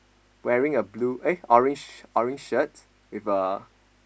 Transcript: wearing a blue eh orange orange shirt with a